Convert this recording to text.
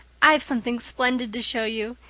i've something splendid to show you.